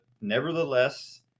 nevertheless